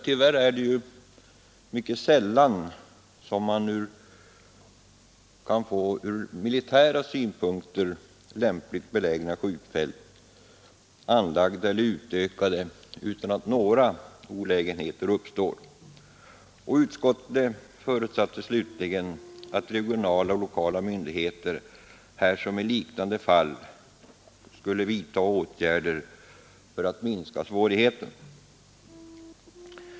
Tyvärr är det mycket sällan som från militära synpunkter lämpligt belägna skjutfält kan anläggas eller utökas utan att några olägenheter uppstår. Utskottet förutsatte dock att regionala och lokala myndigheter här som i liknande fall skulle vidta åtgärder för att minska svårigheterna.